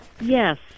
Yes